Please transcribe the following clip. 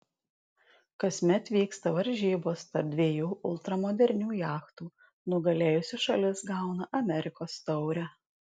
kasmet vyksta varžybos tarp dviejų ultramodernių jachtų nugalėjusi šalis gauna amerikos taurę